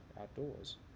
outdoors